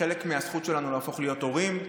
כחלק מהזכות שלנו להפוך להיות הורים.